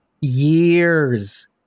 years